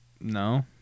no